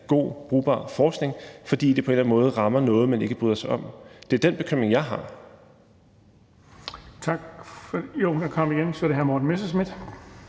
god, brugbar forskning, fordi det på en eller anden måde rammer noget, man ikke bryder sig om. Det er den bekymring, jeg har.